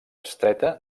estreta